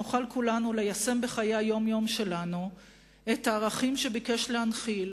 שנוכל כולנו ליישם בחיי היום-יום שלנו את הערכים שביקש להנחיל